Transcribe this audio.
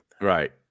Right